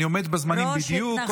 אני עומד בזמנים בדיוק.